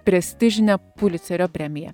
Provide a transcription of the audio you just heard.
prestižine pulicerio premija